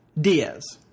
Diaz